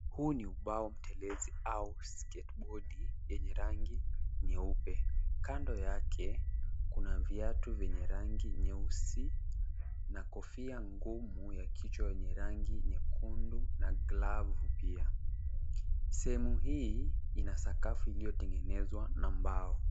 Huu ni ubao mtelezi au sketbodi yenye rangi nyeupe. Kando yake kuna viatu vyenye rangi nyeusi na kofia ngumu ya kichwa yenye rangi nyekundu na glavu pia. Sehemu hii ina sakafu iliyotengenezwa na mbao.